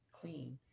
clean